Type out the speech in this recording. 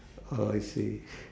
oh I see